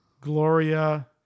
Gloria